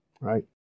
right